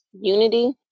unity